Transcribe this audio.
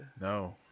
No